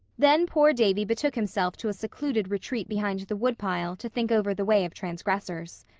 then poor davy betook himself to a secluded retreat behind the woodpile to think over the way of transgressors.